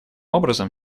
образом